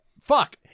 fuck